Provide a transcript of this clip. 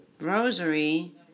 Rosary